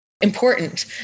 important